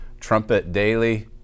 TrumpetDaily